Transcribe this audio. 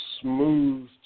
smooth